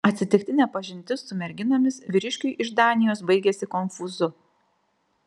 atsitiktinė pažintis su merginomis vyriškiui iš danijos baigėsi konfūzu